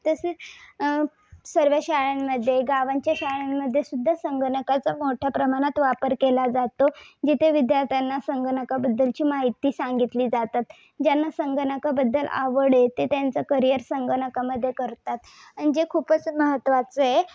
तसेच सर्व शाळांमध्ये गावांच्या शाळांमध्ये सुद्धा संगणकाचा मोठय़ा प्रमाणात वापर केला जातो जिथे विद्यार्थ्यांना संगणकाबद्दलची माहिती सांगितली जातात ज्यांना संगणकाबद्दल आवड आहे ते त्यांचं करिअर संगणकामध्ये करतात आणि जे खूपच महत्त्वाचं आहे